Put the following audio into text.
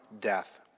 death